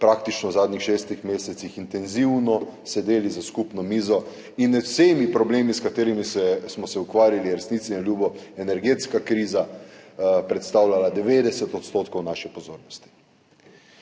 praktično v zadnjih šestih mesecih intenzivno sedeli za skupno mizo in z vsemi problemi, s katerimi smo se ukvarjali, je resnici na ljubo energetska kriza predstavljala 90 % naše pozornosti.